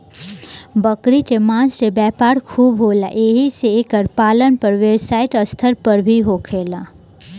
बकरी के मांस के व्यापार खूब होला एही से एकर पालन व्यवसायिक स्तर पर भी होखेला